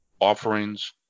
offerings